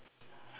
but